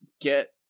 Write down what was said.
get